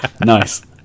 Nice